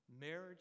Marriage